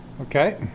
Okay